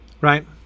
right